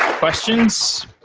questions?